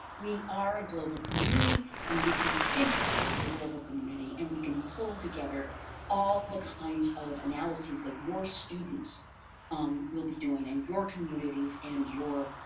we are a global community and we can think as a global community and we can pull together all the kinds of analyses that your students um will be doing in and your communities and your